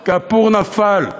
כי הפור נפל.